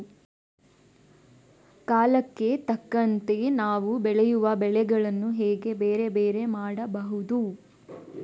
ಕಾಲಕ್ಕೆ ತಕ್ಕಂತೆ ನಾವು ಬೆಳೆಯುವ ಬೆಳೆಗಳನ್ನು ಹೇಗೆ ಬೇರೆ ಬೇರೆ ಮಾಡಬಹುದು?